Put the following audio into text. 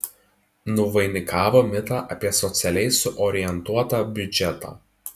nuvainikavo mitą apie socialiai suorientuotą biudžetą